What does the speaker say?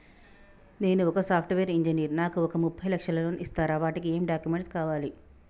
నేను ఒక software engineer నాకు ఒక ముప్పై లక్షల లోన్ ఇస్తరా? వాటికి ఏం డాక్యుమెంట్స్ కావాలి?